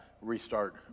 restart